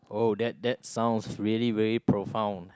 oh that that sounds really very profound